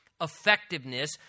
effectiveness